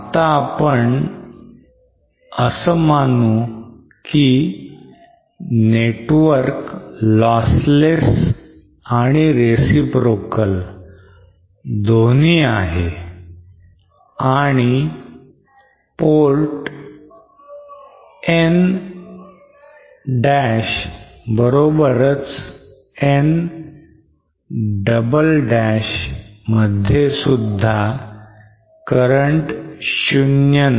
आता आपण असं मानू की network lossless आणि reciprocal दोन्ही आहे आणि port N' बरोबरच N" मध्ये सुद्धा current 0 नाही